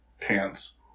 Pants